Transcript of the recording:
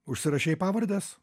užsirašei pavardes